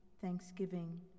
thanksgiving